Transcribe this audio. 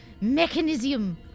mechanism